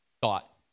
thought